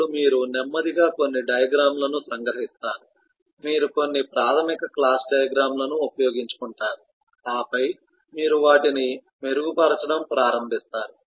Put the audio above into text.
అప్పుడు మీరు నెమ్మదిగా కొన్ని డయాగ్రమ్ లను సంగ్రహిస్తారు మీరు కొన్ని ప్రాథమిక క్లాస్ డయాగ్రమ్ లను ఉపయోగించుకుంటారు ఆపై మీరు వాటిని మెరుగుపరచడం ప్రారంభిస్తారు